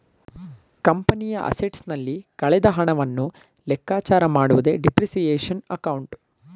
ಕಂಪನಿಯ ಅಸೆಟ್ಸ್ ನಲ್ಲಿ ಕಳೆದ ಹಣವನ್ನು ಲೆಕ್ಕಚಾರ ಮಾಡುವುದೇ ಡಿಪ್ರಿಸಿಯೇಶನ್ ಅಕೌಂಟ್